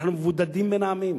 אנחנו מבודדים בין העמים.